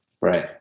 Right